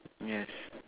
yes